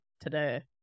today